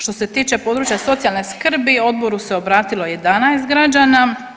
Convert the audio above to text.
Što se tiče područja socijalne skrbi, Odboru se obratilo 11 građana.